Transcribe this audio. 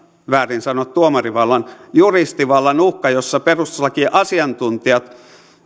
väärin sanoa tuomarivallan uhka että perustuslakiasiantuntijat